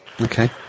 Okay